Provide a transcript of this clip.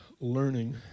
learning